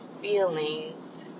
feelings